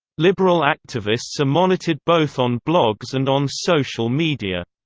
liberal activists are monitored both on blogs and on social media.